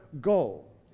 goal